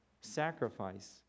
sacrifice